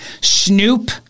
Snoop